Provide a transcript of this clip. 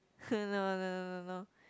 no no no no no